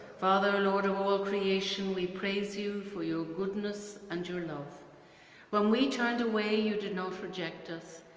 father, lord of all creation, we praise you for your goodness and your love when we turned away, you did not reject us,